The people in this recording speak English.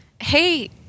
Hey